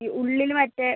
ഉള്ളിൽ മറ്റേ